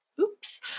Oops